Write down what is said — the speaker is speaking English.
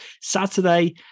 Saturday